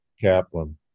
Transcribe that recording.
Kaplan